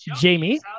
Jamie